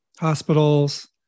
hospitals